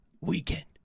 weekend